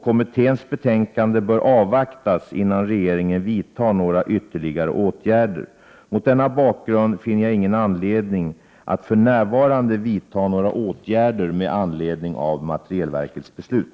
Kommitténs betänkande bör avvaktas, innan regeringen vidtar några ytterligare åtgärder. Mot denna bakgrund finner jag ingen anledning att för närvarande vidta några åtgärder med anledning av materielverkets beslut.